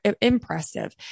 impressive